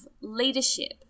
leadership